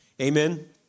amen